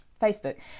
Facebook